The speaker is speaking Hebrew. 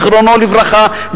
זיכרונו לברכה,